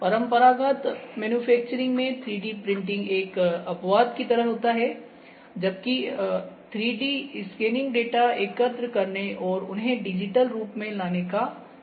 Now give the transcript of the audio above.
परंपरागत मैन्युफैक्चरिंग में 3D printing एक अपवाद की तरह होता है जबकि 3D स्कैनिंग डेटा एकत्र करने और उन्हें डिजिटल रूप में लाने का कार्य है